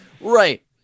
Right